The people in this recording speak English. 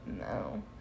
No